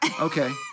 Okay